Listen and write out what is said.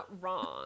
wrong